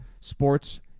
sports